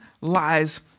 lies